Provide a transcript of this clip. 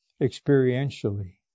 experientially